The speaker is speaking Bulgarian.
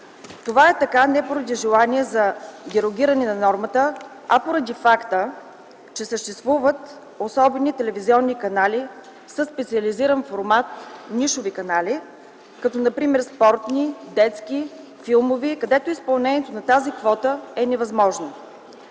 Това е така не поради желание за дерогиране на нормата, а поради факта, че съществуват особени телевизионни канали със специализиран формат, нишови канали, като например детски, филмови, спортни, където изпълнението на тази квота е невъзможно.